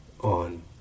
on